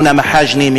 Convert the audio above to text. מונא מחאג'נה,